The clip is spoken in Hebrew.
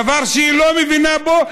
דבר שהיא לא מבינה בו,